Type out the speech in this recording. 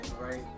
right